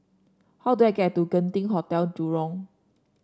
how do I get to Genting Hotel Jurong